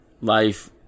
Life